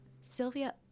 Sylvia